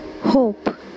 hope